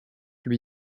lui